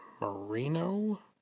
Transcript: Marino